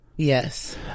Yes